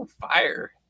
Fire